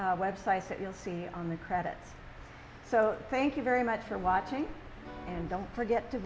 websites that you'll see on the credits so thank you very much for watching and don't forget to